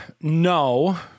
no